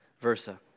versa